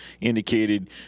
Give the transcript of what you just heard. indicated